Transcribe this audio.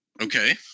Okay